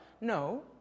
no